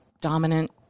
dominant